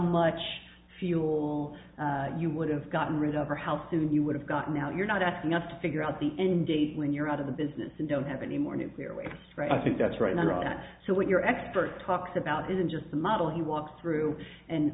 much fuel you would have gotten rid of or how soon you would have gotten out you're not asking us to figure out the indies when you're out of the business and don't have any more nuclear waste i think that's right none of that so what your expert talks about isn't just a model he walks through and